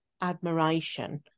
admiration